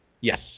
Yes